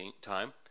time